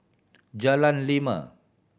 Jalan Lima